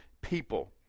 people